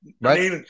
Right